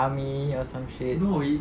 army or some shit